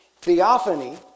Theophany